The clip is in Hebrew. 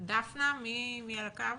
דפנה בבקשה.